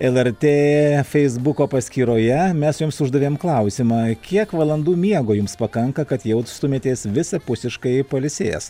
lrt feisbuko paskyroje mes jums uždavėm klausimą kiek valandų miego jums pakanka kad jaustumėtės visapusiškai pailsėjęs